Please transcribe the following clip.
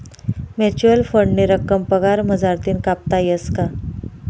Mutual फंडनी रक्कम पगार मझारतीन कापता येस का?